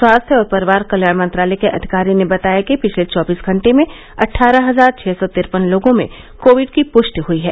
स्वास्थ्य और परिवार कल्याण मंत्रालय के अधिकारी ने बताया कि पिछले चौबीस घंटे में अटठारह हजार छः सौ तिरपन लोगों में कोविड की पृष्टि हई है